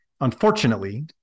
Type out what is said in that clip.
Unfortunately